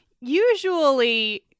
usually